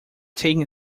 taken